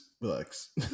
Relax